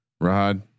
Rod